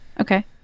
Okay